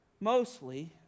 mostly